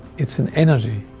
it's an energy,